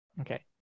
Okay